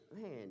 Man